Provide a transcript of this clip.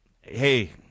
Hey